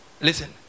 Listen